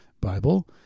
Bible